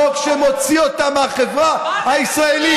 על חוק הלאום הזה אתה מדבר?